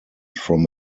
from